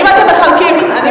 אם אתם מחכים, בסדר.